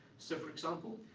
so for example,